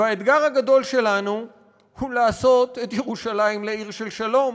האתגר הגדול שלנו הוא לעשות את ירושלים לעיר של שלום.